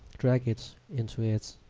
drag it into it